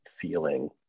feeling